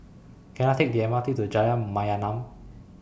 Can I Take The M R T to Jalan Mayaanam